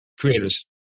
creators